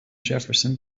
jefferson